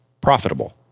profitable